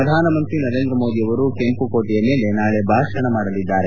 ಪ್ರಧಾನಮಂತ್ರಿ ನರೇಂದ್ರ ಮೋದಿ ಅವರು ಕೆಂಪುಕೋಟೆಯ ಮೇಲೆ ಭಾಷಣ ಮಾಡಲಿದ್ದಾರೆ